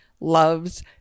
loves